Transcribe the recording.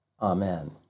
Amen